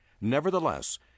Nevertheless